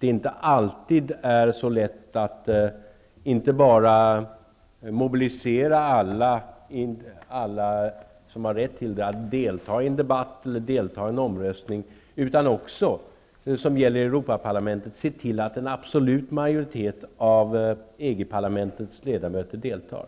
inte alltid är så lätt att inte bara mobilisera alla som har rätt att delta i en omröstning, utan också, som i Europaparlamentet, se till att en absolut majoritet av ledamöterna deltar.